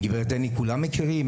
את גברת הניג כולם מכירים,